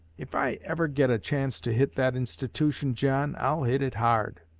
if i ever get a chance to hit that institution, john, i'll hit it hard!